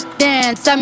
dance